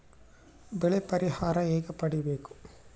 ಬೆಳೆ ಪರಿಹಾರ ಹೇಗೆ ಪಡಿಬೇಕು?